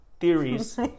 Theories